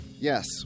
Yes